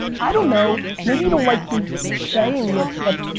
i don't know, maybe you don't like me saying it, but,